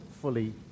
fully